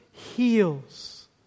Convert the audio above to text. Heals